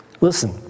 Listen